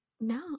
No